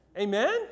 Amen